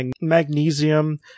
magnesium